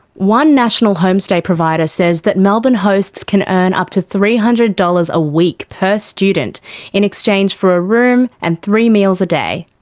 one national homestay provider says that melbourne hosts can earn up to three hundred dollars a week per student in exchange for a room and three meals a day.